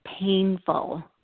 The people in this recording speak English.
painful